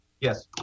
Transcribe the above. Yes